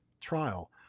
trial